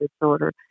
disorder